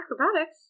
Acrobatics